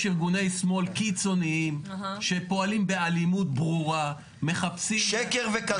יש ארגוני שמאל קיצוניים שפועלים באלימות ברורה --- שקר וכזב.